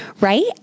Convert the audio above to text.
right